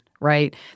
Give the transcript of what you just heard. right